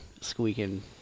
squeaking